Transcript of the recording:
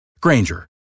Granger